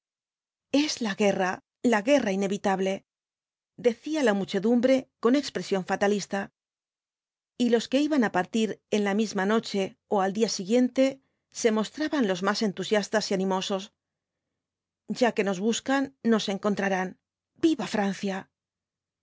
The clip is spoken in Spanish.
els la g uerra la guerra inevitable decía la muchedumbre con expresión fatalista y los que iban á partir en la misma noche ó al día siguiente se mostraban los más entusiastas y animosos ya que nos buscan nos encontrarán viva francia